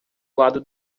lado